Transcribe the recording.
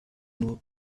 nur